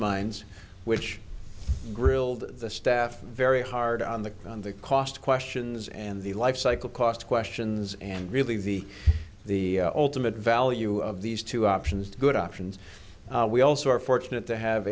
minds which grilled the staff very hard on the on the cost questions and the lifecycle cost questions and really the the ultimate value of these two options to good options we also are fortunate to have